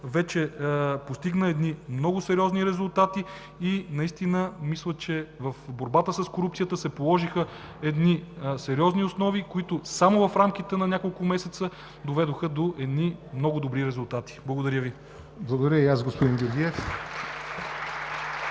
вече постигна едни много сериозни резултати и наистина мисля, че в борбата с корупцията се положиха едни сериозни основи, които само в рамките на няколко месеца доведоха до много добри резултати. Благодаря Ви. (Ръкопляскания.)